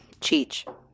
cheech